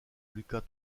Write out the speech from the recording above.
lucas